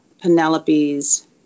Penelope's